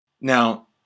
Now